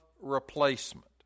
replacement